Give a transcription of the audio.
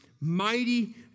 mighty